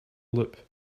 loop